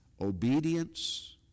Obedience